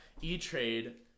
E-Trade